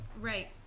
Right